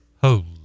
Holy